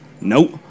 nope